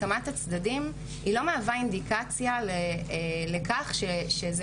הסכמת הצדדים לא מהווה אינדיקציה לכך שזה